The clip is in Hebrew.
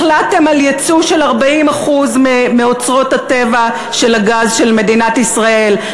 החלטתם על ייצוא של 40% מאוצרות הטבע של הגז של מדינת ישראל,